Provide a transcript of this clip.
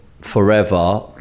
forever